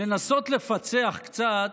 לנסות לפצח קצת